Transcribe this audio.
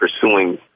pursuing